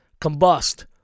Combust